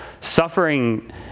suffering